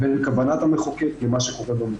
וכוונת המחוקק לבין מה שקורה במציאות.